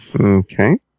Okay